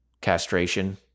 castration